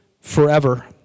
forever